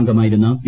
അംഗമായിരുന്ന പി